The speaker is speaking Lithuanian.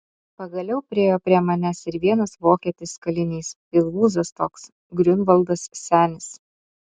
pagaliau priėjo prie manęs ir vienas vokietis kalinys pilvūzas toks griunvaldas senis